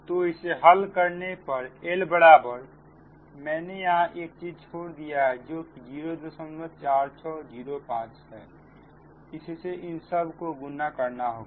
तो इसे हल करने पर L बराबर मैंने यहां एक चीज छोड़ दिया है जो कि 04605 इससे इन सब को गुणा करना होगा